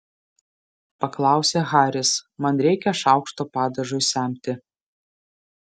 paklausė haris man reikia šaukšto padažui semti